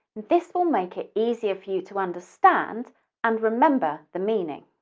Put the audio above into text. this will make it easier for you to understand and remember the meaning.